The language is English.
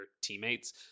teammates